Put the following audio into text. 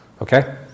Okay